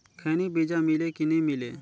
खैनी बिजा मिले कि नी मिले?